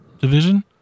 division